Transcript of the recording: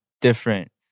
different